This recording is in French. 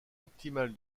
optimale